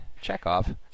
Chekhov